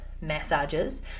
massages